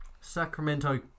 Sacramento